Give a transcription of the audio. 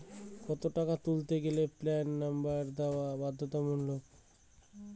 কত টাকা তুলতে গেলে প্যান নম্বর দেওয়া বাধ্যতামূলক?